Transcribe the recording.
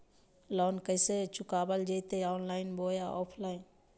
Loan कैसे चुकाबल जयते ऑनलाइन बोया ऑफलाइन?